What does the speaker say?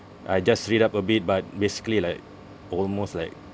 I just read up a bit but basically like almost like